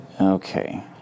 Okay